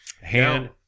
Hand